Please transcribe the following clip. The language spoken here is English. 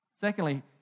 Secondly